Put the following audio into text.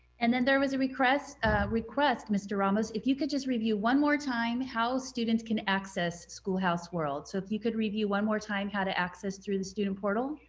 and then there was a request request mr. ramos, if you could just review one more time how students can access schoolhouse world. so if you could review one more time how to access through the student portal.